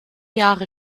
jahre